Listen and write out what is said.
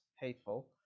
hateful